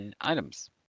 items